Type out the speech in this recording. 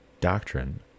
doctrine